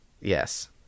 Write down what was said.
Yes